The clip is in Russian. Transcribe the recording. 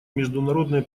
международные